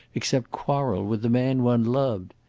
except quarrel with the man one loved?